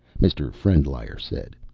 mr. frendlyer said.